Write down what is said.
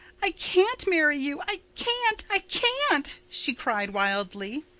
i can't marry you i can't i can't, she cried, wildly.